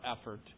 effort